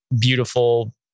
beautiful